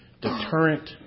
deterrent